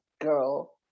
girl